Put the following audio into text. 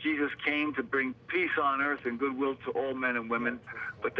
jesus came to bring peace on earth and goodwill to all men and women but